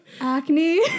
acne